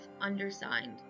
undersigned